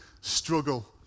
struggle